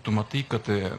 tu matai kad